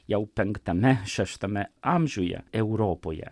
jau penktame šeštame amžiuje europoje